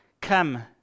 Come